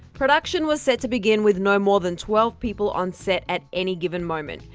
production was set to begin with no more than twelve people on set at any given moment,